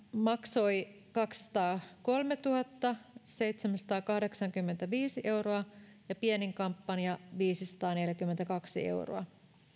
maksoi kaksisataakolmetuhattaseitsemänsataakahdeksankymmentäviisi euroa ja pienin kampanja viisisataaneljäkymmentäkaksi euroa